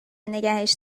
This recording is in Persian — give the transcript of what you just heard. نگهش